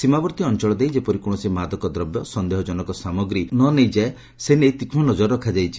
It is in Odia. ସୀମାବର୍ଭୀ ଅଞ୍ଚଳ ଦେଇ ଯେପରି କୌଣସି ମାଦକ ଦ୍ରବ୍ୟ ସନ୍ଦେହଜନକ ସାମଗ୍ରୀ ନ ହୁଏ ସେ ନେଇ ତୀକ୍ଷ୍ ନଜର ରଖାଯାଇଛି